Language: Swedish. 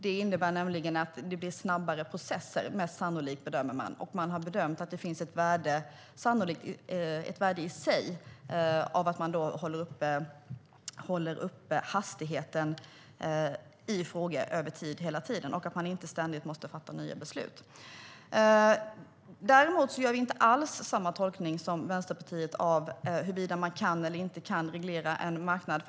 Det innebär nämligen att det sannolikt blir snabbare processer, bedömer man, och man har bedömt att det finns ett värde i sig av att man håller uppe hastigheten i frågor över tid och inte ständigt måste fatta nya beslut. Däremot gör vi inte alls samma tolkning som Vänsterpartiet av huruvida man kan eller inte kan reglera en marknad.